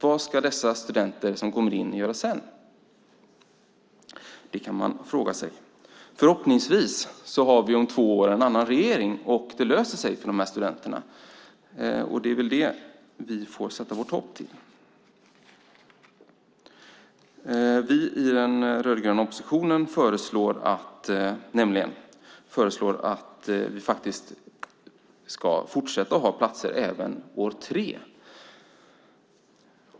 Vad ska de studenter som kommer in göra sedan? Det kan man fråga sig. Förhoppningsvis har vi om två år en annan regering, och det löser sig för de här studenterna. Det är det vi får sätta vårt hopp till. Vi i den rödgröna oppositionen föreslår nämligen att vi faktiskt ska fortsätta ha platser även år tre.